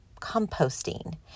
composting